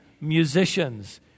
musicians